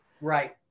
right